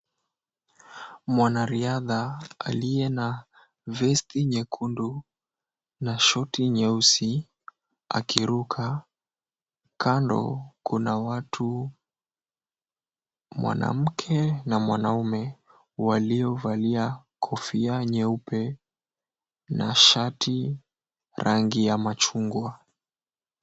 Mwanariadha aliye na vesti nyekundu na shoti nyeusi akiruka. Kando kuna watu mwanamke na mwanaume waliovalia kofia nyeupe na shati rangi ya machungwa.